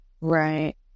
Right